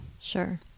Sure